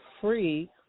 free